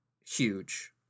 huge